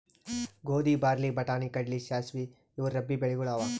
ಗೋಧಿ, ಬಾರ್ಲಿ, ಬಟಾಣಿ, ಕಡ್ಲಿ, ಸಾಸ್ವಿ ಇವು ರಬ್ಬೀ ಬೆಳಿಗೊಳ್ ಅವಾ